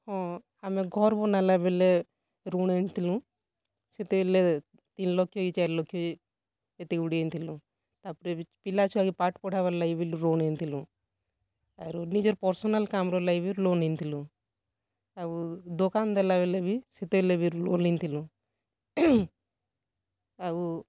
ହଁ ଆମେ ଘର୍ ବନେଇଲା ବେଲେ ଋଣ୍ ଆଣିଥିଲୁ ସେତେବେଲେ ତିନି ଲକ୍ଷ କି ଚାରି ଲକ୍ଷ କେତେ ଗୁଡ଼ିଏ ଆଣିଥିଲୁ ତା'ପରେ ବି ପିଲା ଛୁଆକେ ପାଠପଢ଼ାବାର୍ ଲାଗି ବି ଋଣ୍ ଆଣିଥିଲୁ ଆରୁ ନିଜର୍ ପର୍ସନାଲ୍ କାମ୍ର ଲାଗି ବି ଋଣ୍ ଆଣିଥିଲୁ ଆଉ ଦୋକାନ୍ ଦେଲାବେଲେ ବି ସେତେବେଲେ ବି ଋଣ୍ ଆଣିଥିଲୁ ଆଉ